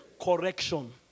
correction